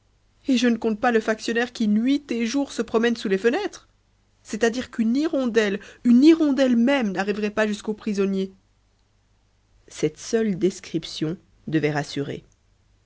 et je ne compte pas le factionnaire qui nuit et jour se promène sous les fenêtres c'est-à-dire qu'une hirondelle une hirondelle même n'arriverait pas jusqu'aux prisonniers cette seule description devait rassurer